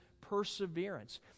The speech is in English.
perseverance